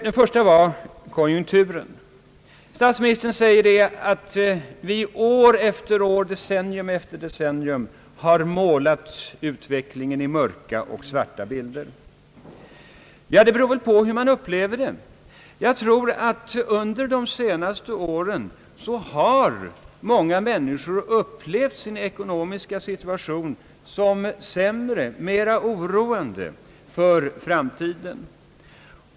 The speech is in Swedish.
Den första var konjunkturen. Statsministern säger det att vi år efter år, decennium efter decennium har målat utvecklingen i mörka bilder. Det beror väl på hur vi upplever det. Jag tror ati många människor under de senaste åren har upplevt sin ekonomiska situation som sämre och mera oroande för framtiden.